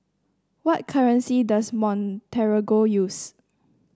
what currency does Montenegro use